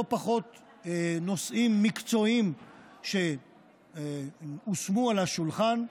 לא פחות נושאים מקצועיים הושמו על השולחן.